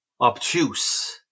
obtuse